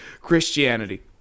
Christianity